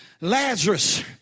Lazarus